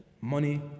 money